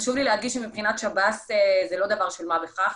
חשוב לי להדגיש שמבחינת שב"ס זה לא דבר של מה בכך,